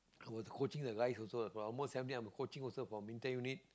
I was coaching the guys also lah for almost seventeen I'm coaching also for Muay-Thai unit